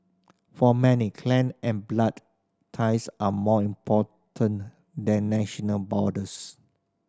for many clan and blood ties are more important than national borders